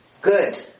Good